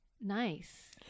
Nice